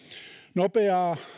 nopeaa